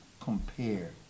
compare